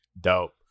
Dope